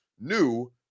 new